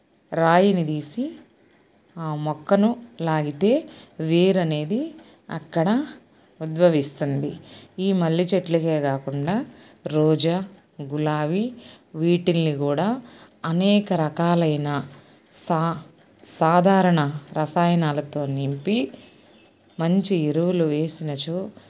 రాయిని దీసి ఆ మొక్కను లాగితే వేరు అనేది అక్కడ ఉద్భవిస్తుంది ఈ మల్లె చెట్లకే కాకుండా రోజా గులాబీ వీటిల్ని కూడా అనేక రకాలైన సా సాధారణ రసాయనాలతో నింపి మంచి ఎరువులు వేసినచో